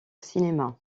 cinéma